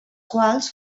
quals